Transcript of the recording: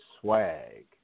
Swag